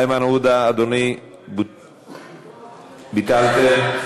איימן עודה, אדוני, ביטלתם?